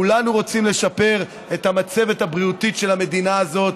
כולנו רוצים לשפר את המצב הבריאותי של המדינה הזאת,